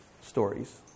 stories